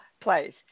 place